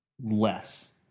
less